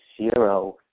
zero